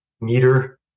meter